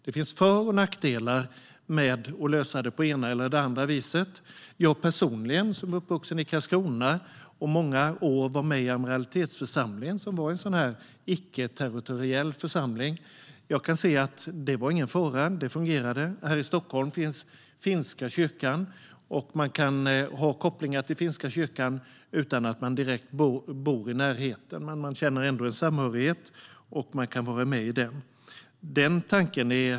Det finns för och nackdelar med den ena eller andra lösningen. Jag är uppvuxen i Karlskrona och var i många år medlem av Karlskrona Amiralitetsförsamling. Det var en icke-territoriell församling. Det var ingen fara, utan det fungerade. Här i Stockholms finns Finska församlingen. Man kan ha kopplingar till finska kyrkan utan att man direkt bor i närheten. Man känner samhörighet och kan vara med i den församlingen.